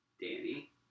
Danny